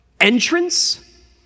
entrance